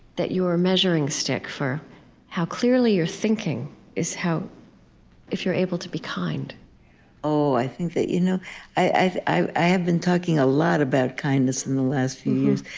that your measuring stick for how clearly you're thinking is how if you're able to be kind i think that you know i i have been talking a lot about kindness in the last few years.